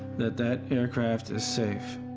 that that aircraft is safe.